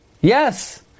yes